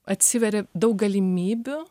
atsiveria daug galimybių